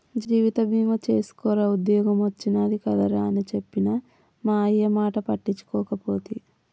జీవిత బీమ సేసుకోరా ఉద్ద్యోగం ఒచ్చినాది కదరా అని చెప్పిన మా అయ్యమాట పట్టించుకోకపోతి